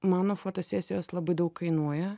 mano fotosesijos labai daug kainuoja